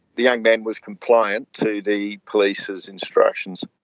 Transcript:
the young man was compliant to the police's instructions.